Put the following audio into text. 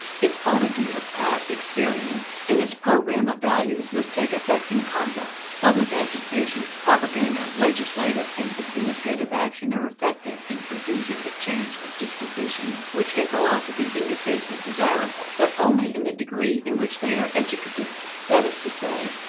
its auditing of past experience and its program of values must take effect in conduct. public agitation, propaganda, legislative and administrative action are effective in producing the change of disposition which a philosophy indicates as desirable, but only in the degree in which they are educative that is to say,